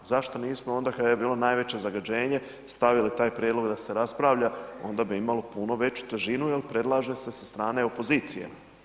Zašto nismo onda kada je bilo najveće zagađenje stavili taj prijedlog da se raspravlja, onda bi imalo puno veću težinu jer predlaže se sa strane opozicije.